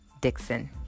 Dixon